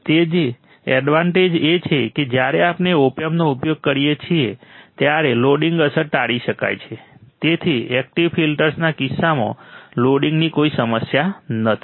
તેથી એડવાન્ટેજ એ છે કે જ્યારે આપણે ઓપ એમ્પનો ઉપયોગ કરીએ છીએ ત્યારે લોડિંગ અસર ટાળી શકાય છે તેથી એકટીવ ફિલ્ટર્સના કિસ્સામાં લોડિંગની કોઈ સમસ્યા નથી